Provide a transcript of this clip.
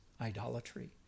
idolatry